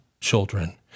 children